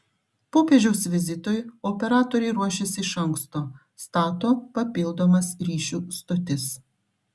popiežiaus vizitui operatoriai ruošiasi iš anksto stato papildomas ryšių stotis